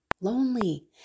lonely